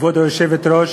כבוד היושבת-ראש,